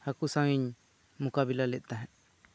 ᱦᱟᱹᱠᱩ ᱥᱟᱶ ᱤᱧ ᱢᱩᱠᱟᱵᱤᱞᱟ ᱞᱮᱫ ᱛᱟᱦᱮᱸᱜ